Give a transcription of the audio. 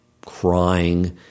crying